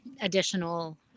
additional